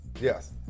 Yes